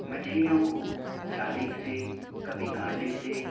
मछलियों को जाले से कभी कांटे से